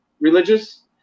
religious